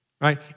right